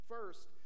First